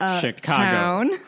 Chicago